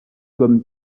comme